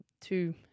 Two